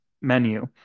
menu